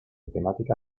temática